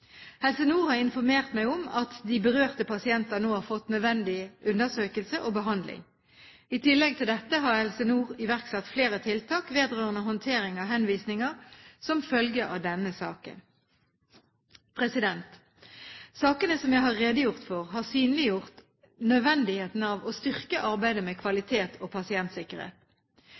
Helse Nord har informert meg om at de berørte pasienter nå har fått nødvendig undersøkelse og behandling. I tillegg til dette har Helse Nord iverksatt flere tiltak vedrørende håndtering av henvisninger som følge av denne saken. Sakene som jeg har redegjort for, har synliggjort nødvendigheten av å styrke arbeidet med kvalitet og pasientsikkerhet.